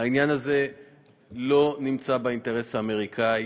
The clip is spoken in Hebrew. העניין הזה לא נמצא באינטרס האמריקני.